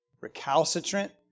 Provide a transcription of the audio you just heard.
recalcitrant